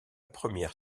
première